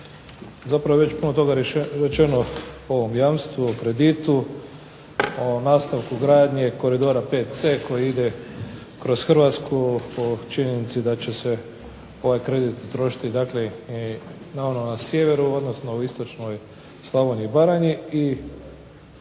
Zapravo je već puno toga rečeno o ovom jamstvu, o kreditu, o nastavku gradnje Koridora VC koji ide kroz Hrvatsku o činjenici da će se ovaj kredit trošiti dakle i na sjeveru, odnosno u istočnoj Slavoniji i Baranji